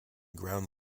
ground